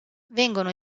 vengono